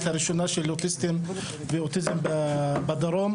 הראשונה של אוטיסטים ואוטיזם בדרום,